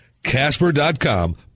Casper.com